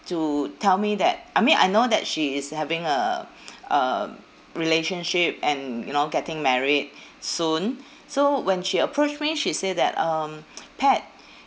to tell me that I mean I know that she is having a um relationship and you know getting married soon so when she approached me she say that um pat